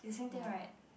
ya